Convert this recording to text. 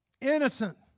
Innocent